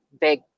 big